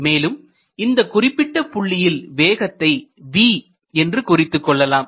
மேலும் இந்த குறிப்பிட்ட புள்ளியில் வேகத்தை V என்றும் குறித்துக் கொள்ளலாம்